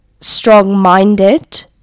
strong-minded